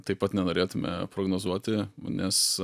taip pat nenorėtume prognozuoti nes